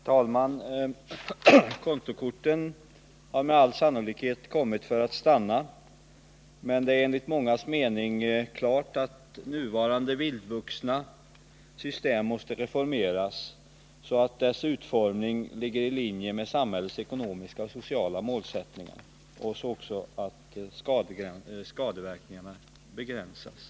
Herr talman! Kontokorten har med all sannolikhet kommit för att stanna, Tisdagen den men det är enligt mångas mening klart att nuvarande vildvuxna system måste 18 december 1979 reformeras så att dess utformning ligger i linje med samhällets ekonomiska och sociala målsättningar och så att skadeverkningarna begränsas.